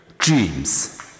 Dreams